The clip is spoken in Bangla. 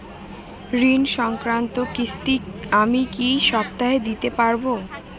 ঋণ সংক্রান্ত কিস্তি আমি কি সপ্তাহে দিতে পারবো?